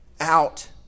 out